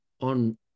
on